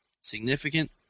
significant